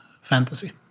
fantasy